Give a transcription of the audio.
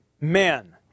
men